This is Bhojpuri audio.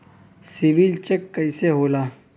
सिबिल चेक कइसे होला?